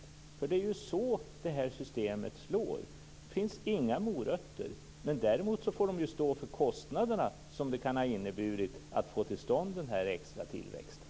Det är ju så det här systemet slår. Det finns inga morötter. Däremot får man stå för de kostnader som det kan ha inneburit att få till stånd den här extra tillväxten.